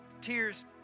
tears